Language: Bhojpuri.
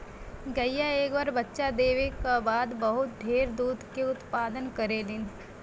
गईया एक बार बच्चा देवे क बाद बहुत ढेर दूध के उत्पदान करेलीन